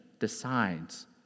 decides